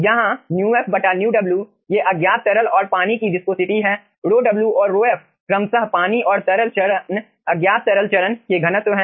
यहाँ μf μw ये अज्ञात तरल और पानी की विस्कॉसिटी हैं ρw और ρf ये क्रमशः पानी और तरल चरण अज्ञात तरल चरण के घनत्व हैं